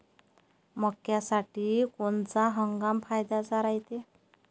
मक्क्यासाठी कोनचा हंगाम फायद्याचा रायते?